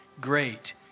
Great